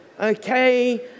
okay